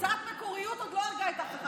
קצת מקוריות עוד לא הרגה את אף אחד.